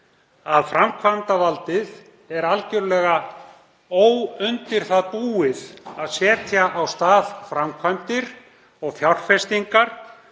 að framkvæmdarvaldið er algjörlega óundirbúið undir það að setja af stað framkvæmdir og fjárfestingar